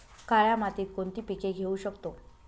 काळ्या मातीत कोणती पिके घेऊ शकतो?